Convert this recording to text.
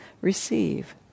receive